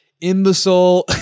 imbecile